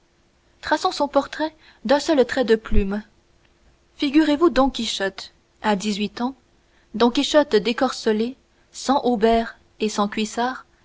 traçons son portrait d'un seul trait de plume figurez-vous don quichotte à dix-huit ans don quichotte décorcelé sans haubert et sans cuissards